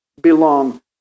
belong